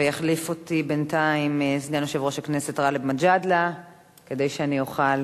ויחליף אותי בינתיים סגן יושב-ראש הכנסת גאלב מג'אדלה כדי שאני אוכל